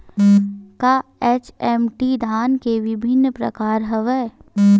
का एच.एम.टी धान के विभिन्र प्रकार हवय?